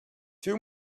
two